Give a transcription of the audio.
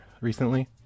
recently